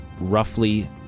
roughly